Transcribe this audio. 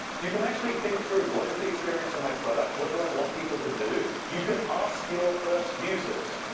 you can actually think through what is the experience on my product? what do i want people to do? you can ask your first users,